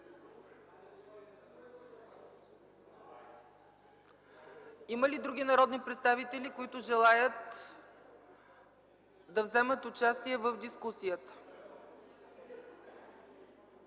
Има ли други народни представители, които желаят да вземат участие в дискусията?